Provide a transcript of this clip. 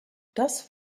das